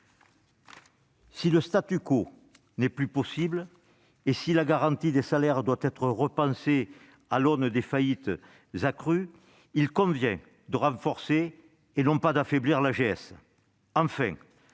Si le n'est plus possible et si la garantie des salaires doit être repensée à l'aune de faillites accrues, il convient de renforcer et non pas d'affaiblir l'AGS.